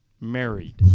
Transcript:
married